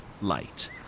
light